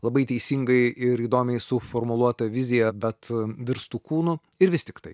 labai teisingai ir įdomiai suformuluota vizija bet virstų kūnu ir vis tiktai